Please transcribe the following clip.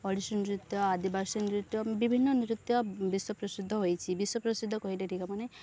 ଓଡ଼ିଶୀ ନୃତ୍ୟ ଆଦିବାସୀ ନୃତ୍ୟ ବିଭିନ୍ନ ନୃତ୍ୟ ବିଶ୍ୱ ପ୍ରସିଦ୍ଧ ହୋଇଛି ବିଶ୍ୱ ପ୍ରସିଦ୍ଧ କହିଲେ ଠିକ୍ ହେବନି